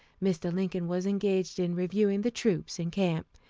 mr. lincoln was engaged in reviewing the troops in camp.